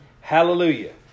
Hallelujah